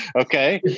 Okay